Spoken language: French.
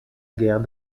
guerre